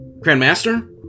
Grandmaster